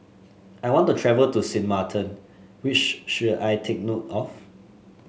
I want to travel to Sint Maarten What should I take note of